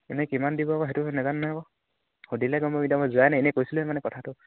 এনেই কিমান দিব বা সেইটো নাজানো নহয় আকৌ সুধিলে গম পাম এতিয়া মই যোৱাই নাই এনেই কৈছিলোহে মানে কথাটো